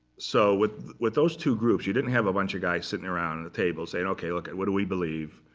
so with with those two groups, you didn't have a bunch of guys sitting around at a table, saying, ok. look, what do we believe?